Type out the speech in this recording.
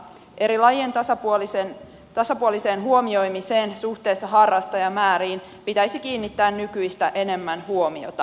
eri lajien tasapuoliseen huomioimiseen suhteessa harrastajamääriin pitäisi kiinnittää nykyistä enemmän huomiota